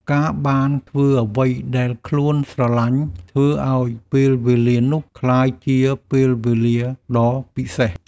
ការបានធ្វើអ្វីដែលខ្លួនស្រឡាញ់ ធ្វើឱ្យពេលវេលានោះក្លាយជាពេលវេលាដ៏ពិសេស។